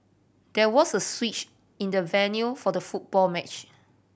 there was a switch in the venue for the football match